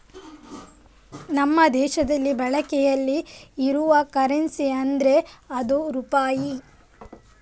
ನಮ್ಮ ದೇಶದಲ್ಲಿ ಬಳಕೆಯಲ್ಲಿ ಇರುವ ಕರೆನ್ಸಿ ಅಂದ್ರೆ ಅದು ರೂಪಾಯಿ